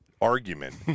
argument